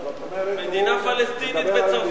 מדינה פלסטינית בצרפת.